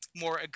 more